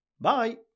Bye